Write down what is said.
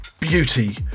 beauty